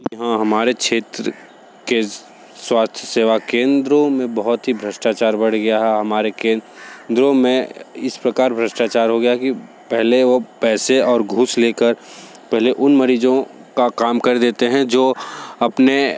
जी हाँ हमारे क्षेत्र के स्वास्थ्य सेवा केन्द्रों में बहुत ही भ्रष्टाचार बढ़ गया है हमारे केन्द्रों में इस प्रकार भ्रष्टाचार हो गया कि पहले वह पैसे और घूस ले कर पहले उन मरीजों का काम कर देतें हैं जो अपने